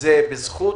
זה בזכות